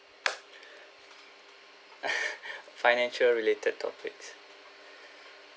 financial related topics